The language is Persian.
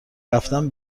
رفتن